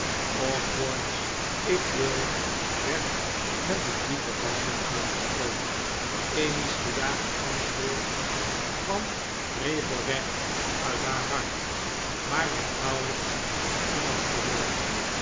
osborne's ik wil werd met een diepe basstem uitgesproken emmy's gejaagd antwoordkwam regelrecht uit haar hart maar werd nauwelijks door iemand gehoord